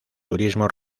turismo